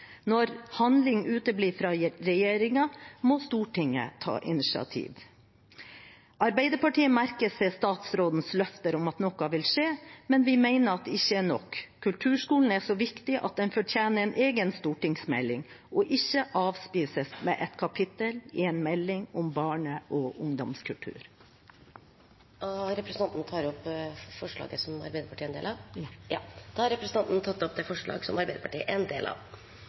Når handling uteblir fra regjeringen, må Stortinget ta initiativ. Arbeiderpartiet merker seg statsrådens løfter om at noe vil skje, men vi mener at det ikke er nok. Kulturskolen er så viktig at den fortjener en egen stortingsmelding, og ikke avspises med et kapittel i en melding om barne- og ungdomskultur. Skal representanten ta opp forslaget fra Arbeiderpartiet og Sosialistisk Venstreparti? Ja. Da har representanten Kari-Anne Opsal tatt opp forslaget fra Arbeiderpartiet og Sosialistisk Venstreparti. Musikk- og kulturskolene er virkelig en helt avgjørende del av